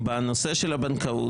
בנושא של הבנקאות,